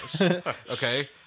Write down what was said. Okay